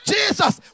Jesus